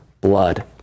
blood